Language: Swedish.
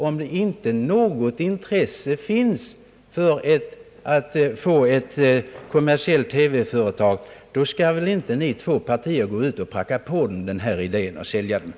Om det inte finns något intresse för att få ett kommersiellt TV-företag, skall väl inte ni gå ut och försöka pracka på dem denna idé.